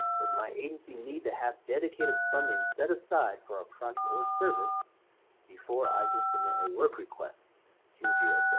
does my agency need to have dedicated funding set aside for a project or service before i can submit a work request to gsa?